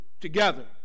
together